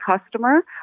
customer